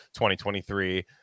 2023